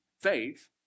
faith